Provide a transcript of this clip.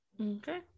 Okay